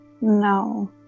No